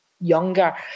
younger